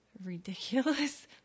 ridiculous